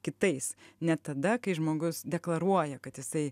kitais net tada kai žmogus deklaruoja kad jisai